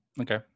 Okay